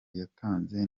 yatanze